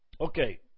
Okay